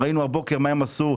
ראינו הבוקר מה הם עשו,